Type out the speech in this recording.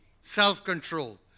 Self-control